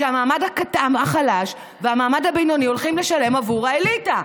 שהמעמד החלש והמעמד הבינוני הולכים לשלם עבור האליטה,